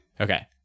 okay